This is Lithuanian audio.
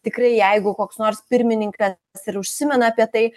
tikrai jeigu koks nors pirmininkas ir užsimena apie tai